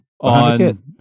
on